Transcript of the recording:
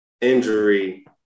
injury